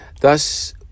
thus